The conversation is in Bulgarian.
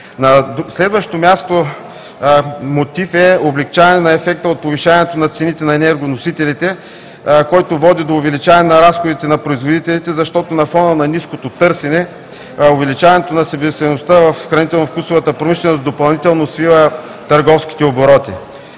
следващо място, мотив е облекчаване на ефекта от повишаването на цените на енергоносителите, който води до увеличаване на разходите на производителите, защото на фона на ниското търсене увеличаването на себестойността в хранително вкусовата промишленост допълнително свива търговските обороти.